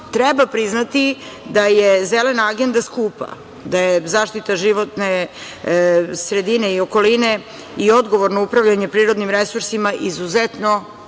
treba priznati da je zelena agenda skupa, da je zaštita životne sredine i okoline, i odgovorno upravljanje prirodnim resursima izuzetno